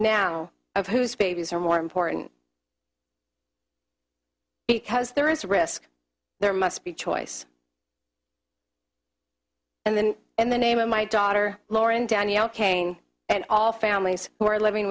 now of whose babies are more important because there is a risk there must be choice and then in the name of my daughter lauren danielle king and all families who are living